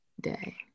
day